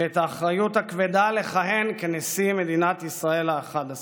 ואת האחריות הכבדה לכהן כנשיא מדינת ישראל האחד-עשר.